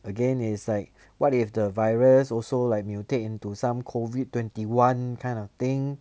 again is like what if the virus also like mutate into some COVID twenty one kind of thing